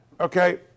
Okay